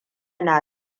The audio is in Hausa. na